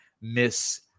miss